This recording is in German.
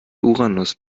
uranus